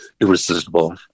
irresistible